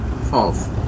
False